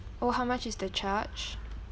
oh how much is the charge